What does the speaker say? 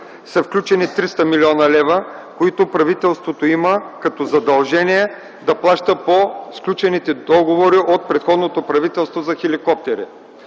са включени 300 млн. лв., които правителството има като задължение да плаща по сключените договори от предходното правителство за хеликоптери.